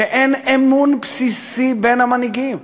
היא שאין אמון בסיסי בין המנהיגים.